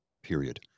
period